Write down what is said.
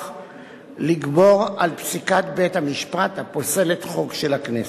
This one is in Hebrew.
לגבור על פסיקת בית-המשפט הפוסלת חוק של הכנסת.